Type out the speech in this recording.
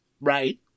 right